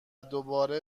دوباره